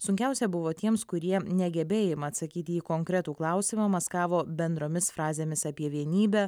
sunkiausia buvo tiems kurie negebėjimą atsakyti į konkretų klausimą maskavo bendromis frazėmis apie vienybę